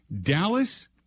Dallas